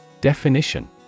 Definition